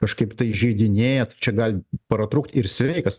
kažkaip tai įžeidinėja tai čia gali pratrūkt ir sveikas